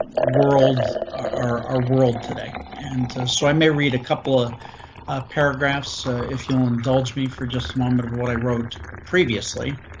world our our world today, and so i may read a couple of paragraphs if you'll indulge me for just a moment of what i wrote previously.